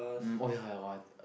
mm oh ya ya !wah!